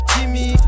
Jimmy